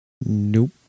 nope